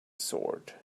sword